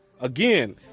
Again